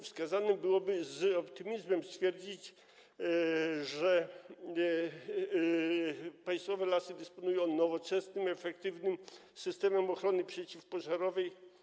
Wskazane byłoby z optymizmem stwierdzić, że Lasy Państwowe dysponują nowoczesnym i efektywnym systemem ochrony przeciwpożarowej.